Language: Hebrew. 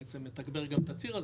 בעצם מתגבר גם את הציר הזה,